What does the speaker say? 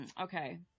Okay